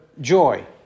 joy